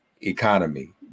economy